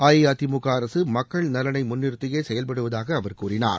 அஇஅதிமுக அரசு மக்கள் நலனை முன் நிறுத்தியே செயல்படுவதாக அவர் கூறினார்